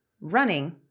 running